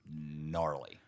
gnarly